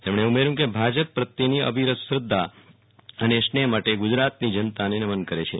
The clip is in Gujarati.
તેમણે ઉમેર્યું હતું કે ભાજપ પ્રત્યેની અવિરત શ્રધ્ધા અને સ્નેહ માટે ગુજરાતની જનતાને નામન કરે છે